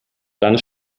dann